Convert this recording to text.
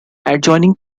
adjoining